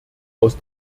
aus